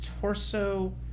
torso